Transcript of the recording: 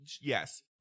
yes